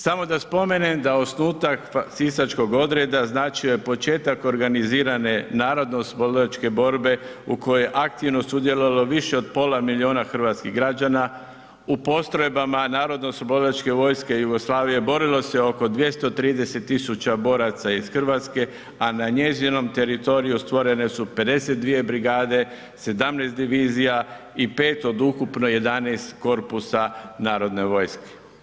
Samo da spomenem da osnutak sisačkog odreda značio je početak organizirane NOB-a u kojoj je aktivno sudjelovalo više od pola milijuna hrvatskih građana u postrojbama Narodno oslobodilačke vojske Jugoslavije borilo se oko 230.000 boraca iz Hrvatske, a na njezinom teritoriju stvorene su 52 brigade, 17 divizija i 5 od ukupno 11 korpusa narodne vojske.